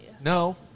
No